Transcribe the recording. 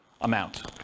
amount